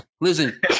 Listen